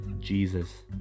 Jesus